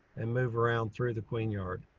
and move around through the queen yard.